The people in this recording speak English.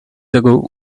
ago